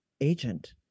agent